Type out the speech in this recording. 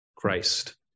christ